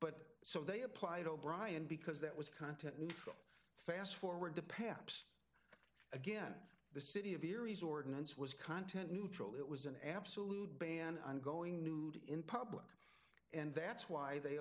but so they applied o'brien because that was content neutral fast forward to paps again the city of hereis ordinance was content neutral it was an absolute ban on going nude in public and that's why they